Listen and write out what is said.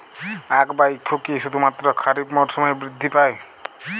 আখ বা ইক্ষু কি শুধুমাত্র খারিফ মরসুমেই বৃদ্ধি পায়?